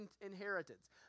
inheritance